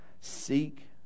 Seek